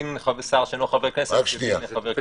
דין שר שאינו חבר כנסת כדין חבר כנסת.